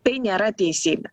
tai nėra teisybė